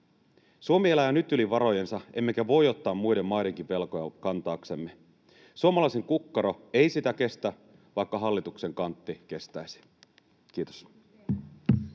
Suomi elää nyt yli varojensa, emmekä voi ottaa muiden maidenkin velkoja kantaaksemme. Suomalaisen kukkaro ei sitä kestä, vaikka hallituksen kantti kestäisi. — Kiitos.